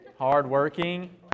hard-working